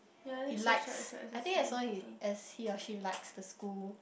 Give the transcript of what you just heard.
he likes I think as long he as he or she likes the school